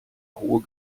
hohe